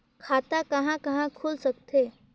खाता कहा कहा खुल सकथे?